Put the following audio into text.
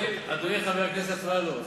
אדוני חבר הכנסת אפללו,